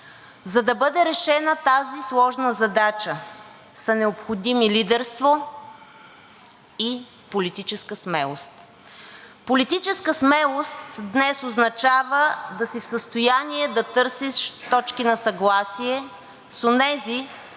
За да бъде решена тази сложна задача, са необходими лидерство и политическа смелост. Политическа смелост днес означава да си в състояние да търсиш точки на съгласие с онези,